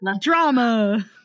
drama